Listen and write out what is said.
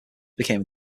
became